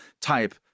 type